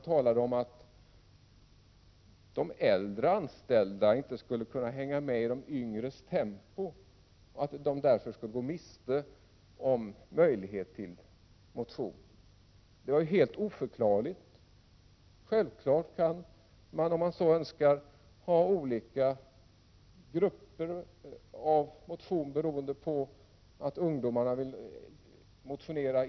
Talet om att de äldre anställda inte skulle kunna hänga med i de yngres tempo och då skulle gå miste om möjlighet till motion är helt oförklarligt. Självfallet kan man ha olika motionsgrupper beroende på hur intensivt man vill motionera.